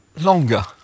longer